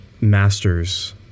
Masters